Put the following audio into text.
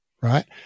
right